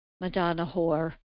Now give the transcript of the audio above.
Madonna-Whore